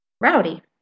rowdy